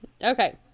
Okay